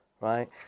right